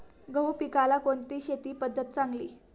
गहू पिकाला कोणती शेती पद्धत चांगली?